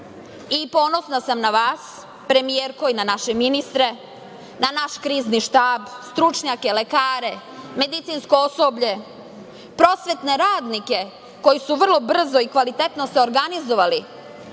jezika. Ponosna sam na vas, premijerko, i na naše ministre, na naš Krizni štab, stručnjake, lekare, medicinsko osoblje, prosvetne radnike, koji su vrlo brzo i kvalitetno se organizovali